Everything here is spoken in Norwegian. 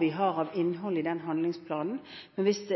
vi har av innhold i den handlingsplanen.